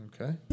Okay